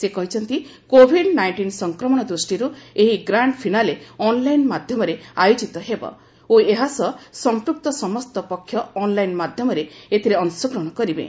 ସେ କହିଛନ୍ତି Covid nineteen ସଂକ୍ରମଣ ଦୃଷ୍ଟିରୁ ଏହି ଗ୍ରାଣ୍ଡ୍ ଫିନାଲେ ଅନ୍ଲାଇନ୍ ମାଧ୍ୟମରେ ଆୟୋଜିତ ହେବ ଓ ଏହା ସହ ସମ୍ପୁକ୍ତ ସମସ୍ତ ପକ୍ଷ ଅନ୍ଲାଇନ୍ ମାଧ୍ୟମରେ ଏଥିରେ ଅଂଶଗ୍ରହଣ କରିବେ